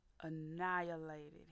annihilated